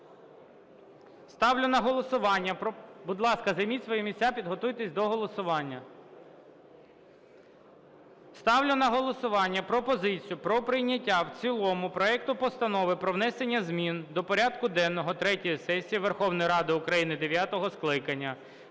Ставлю на голосування пропозицію про прийняття в цілому проекту Постанови про внесення змін до порядку денного третьої сесії Верховної Ради України дев'ятого скликання